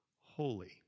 holy